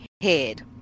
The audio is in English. head